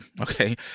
okay